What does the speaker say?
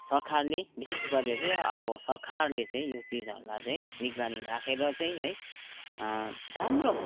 सरकारले विशेष गरेर चाहिँ अब सरकारले चाहिँ यो चिजहरूलाई चाहिँ निगरानी राखेर चाहिँ है राम्रो